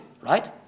right